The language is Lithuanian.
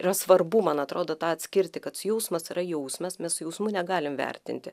yra svarbu man atrodo tą atskirti kad jausmas yra jausmas mes su jausmu negalim vertinti